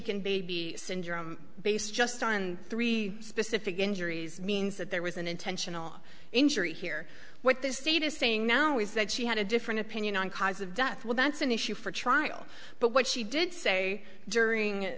en baby syndrome based just on three specific injuries means that there was an intentional injury here what this state is saying now is that she had a different opinion on cause of death well that's an issue for trial but what she did say during